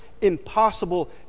impossible